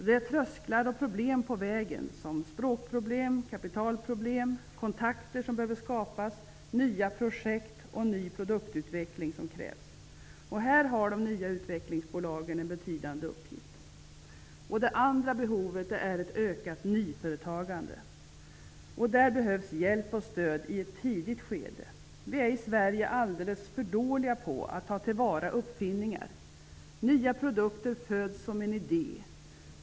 Det är trösklar och problem på vägen, t.ex. språkproblem, kapitalproblem, kontakter som behöver skapas, nya projekt och krav på ny produktutveckling. Här har de nya utvecklingsbolagen en betydande uppgift. Det andra är behovet av ett ökat nyföretagande. Där behövs hjälp och stöd från ett tidigt skede. Vi är i Sverige alldeles för dåliga på att ta till vara uppfinningar. Nya produkter föds som en idé.